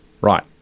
right